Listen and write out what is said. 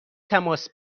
تماس